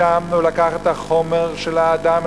משם הוא לקח את החומר של האדם,